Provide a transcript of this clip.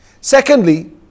Secondly